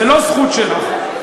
זו לא זכות שלך.